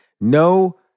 No